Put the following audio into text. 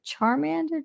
Charmander